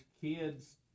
kids